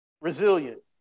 Resilient